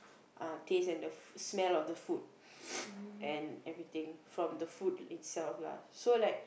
uh taste and the smell of the food and everything from the food itself lah so like